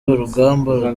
urugamba